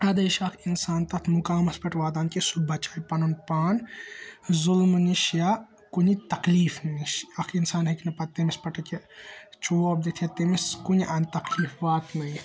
اَدے چھُ اَکھ اِنسان تَتھ مُقامَس پیٚٹھ واتان کہِ سُہ بَچایہِ پَنُن پان ظُلمہٕ نِش یا کُنہِ تَکلیٖف نِش اَکھ اِنسان ہیٚکہِ نہٕ پَتہٕ تٔمِس پیٚٹھ کہِ چوب دِتھ یا تٔمِس کُنہِ اَنٛدٕ تَکلیٖف واتنٲیِتھ